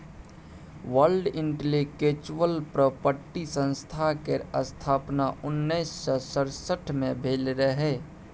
world intellectual property संस्था केर स्थापना उन्नैस सय सड़सठ मे भेल रहय